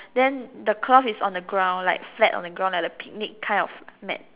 then the cloth is on the ground like flat on the ground like the picnic kind of mat